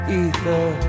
ether